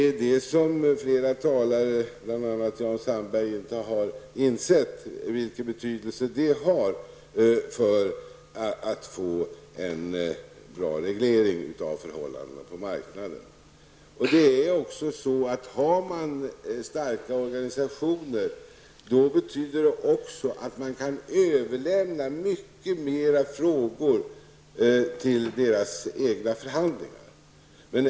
Flera talare, bl.a. Jan Sandberg, har inte insett vilken betydelse det har för att vi skall få en bra reglering av förhållandena på marknaden. Har man starka organisationer kan man överlämna mycket fler frågor till deras egna förhandlingar.